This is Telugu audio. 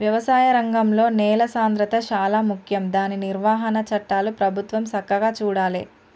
వ్యవసాయ రంగంలో నేల సాంద్రత శాలా ముఖ్యం దాని నిర్వహణ చట్టాలు ప్రభుత్వం సక్కగా చూడాలే